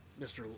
Mr